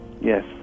Yes